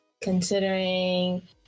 considering